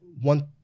one